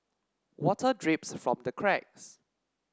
water drips from the cracks